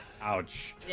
Ouch